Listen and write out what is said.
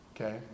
Okay